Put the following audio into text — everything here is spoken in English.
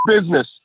business